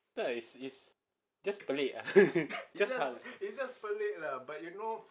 no lah is is just pelik lah